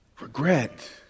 regret